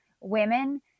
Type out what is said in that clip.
women